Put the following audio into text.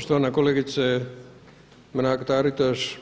Poštovana kolegice Mrak TAritaš,